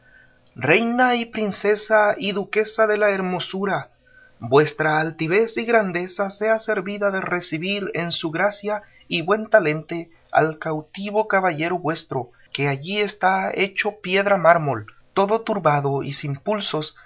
reina y princesa y duquesa de la hermosura vuestra altivez y grandeza sea servida de recebir en su gracia y buen talente al cautivo caballero vuestro que allí está hecho piedra mármol todo turbado y sin pulsos